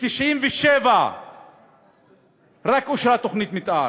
ב-1997 רק אושרה תוכנית מתאר.